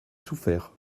souffert